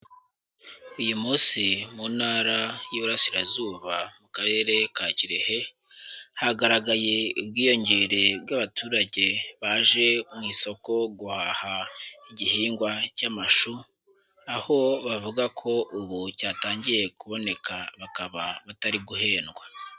Uyu munsi mu ntara y'iburasirazuba mu karere ka Kirehe hagaragaye ubwiyongere bw'abaturage baje mu isoko guhaha igihingwa cy'amashu, aho bavuga ko ubu cyatangiye kuboneka bakaba batari guhendwa.